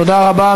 תודה רבה.